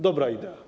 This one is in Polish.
Dobra idea.